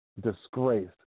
disgraced